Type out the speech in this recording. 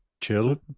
chill